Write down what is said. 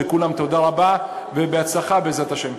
לכולם תודה רבה ובהצלחה, בעזרת השם.